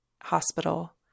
hospital